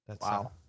Wow